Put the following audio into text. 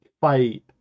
fight